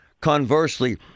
Conversely